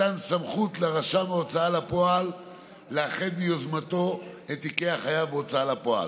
מתן סמכות לרשם ההוצאה לפועל לאחד ביוזמתו את תיקי החייב בהוצאה לפועל.